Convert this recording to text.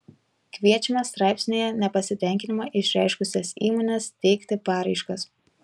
kviečiame straipsnyje nepasitenkinimą išreiškusias įmones teikti paraiškas